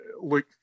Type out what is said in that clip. look